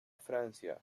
francia